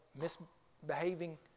misbehaving